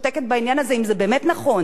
אני בטוחה שחבר הכנסת כבל יודע יותר